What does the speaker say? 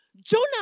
Jonah